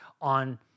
on